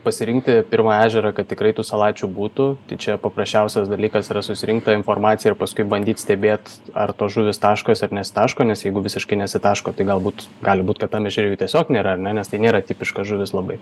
pasirinkti pirmą ežerą kad tikrai tų salačių būtų čia paprasčiausias dalykas yra surinkt tą informaciją ir paskui bandyt stebėt ar tos žuvys taškosi ar nesitaško nes jeigu visiškai nesitaško tai galbūt gali būt kad tam ežere jų tiesiog nėra ar ne nes tai nėra tipiška žuvis labai